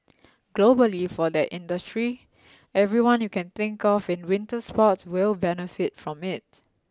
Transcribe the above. globally for that industry everyone you can think of in winter sports will benefit from it